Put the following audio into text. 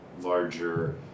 larger